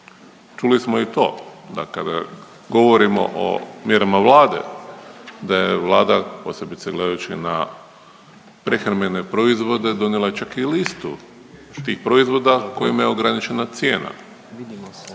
Čuli smo i to da kada govorimo o mjerama Vlade, da je Vlada posebice gledajući na prehrambene proizvode donijela čak i listu tih proizvoda kojima je ograničena cijena. Vlada RH